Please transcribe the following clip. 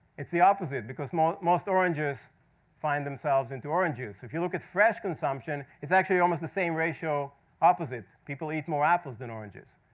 it's the opposite, because most oranges find themselves into orange juice. if you look at fresh consumption, it's actually almost the same ratio opposite. people eat more apples than oranges.